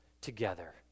together